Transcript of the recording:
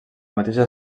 mateixa